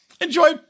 enjoy